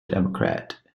democrat